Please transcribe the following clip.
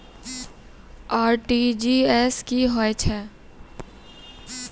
RTGS की होय छै?